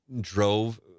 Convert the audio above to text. drove